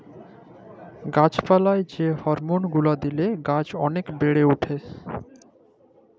গাছ পালায় যে হরমল গুলা দিলে গাছ ওলেক বাড়ে উঠে